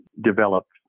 developed